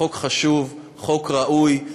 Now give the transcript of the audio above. חוק חשוב, חוק ראוי.